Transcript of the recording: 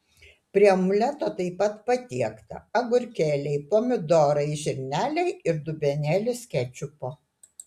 prie omleto taip pat patiekta agurkėliai pomidorai žirneliai ir dubenėlis kečupo